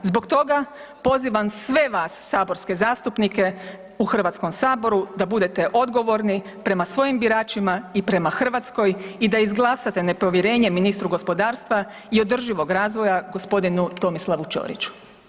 Zbog toga pozivam sve vas saborske zastupnike u HS-u da budete odgovorni prema svojim biračima i prema Hrvatskoj i da izglasate nepovjerenje ministru gospodarstva i održivog razvoja g. Tomislavu Ćoriću.